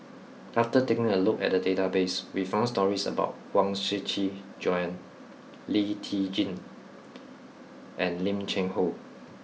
after taking a look at the database we found stories about Huang Shiqi Joan Lee Tjin and Lim Cheng Hoe